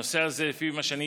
הנושא הזה, כפי שאני